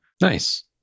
Nice